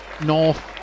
North